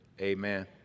amen